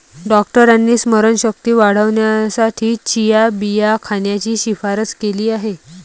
डॉक्टरांनी स्मरणशक्ती वाढवण्यासाठी चिया बिया खाण्याची शिफारस केली आहे